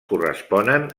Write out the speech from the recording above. corresponen